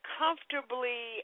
comfortably